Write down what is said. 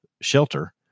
shelter